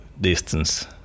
distance